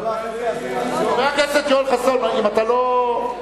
כל האחרים, חבר הכנסת יואל חסון, אם אתה לא,